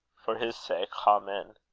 for his sake, ahmen.